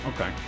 Okay